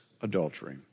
adultery